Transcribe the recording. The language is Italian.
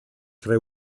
tre